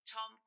Tom